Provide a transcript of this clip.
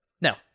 Now